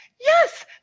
yes